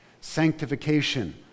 Sanctification